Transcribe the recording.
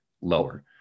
lower